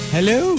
Hello